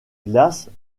glaces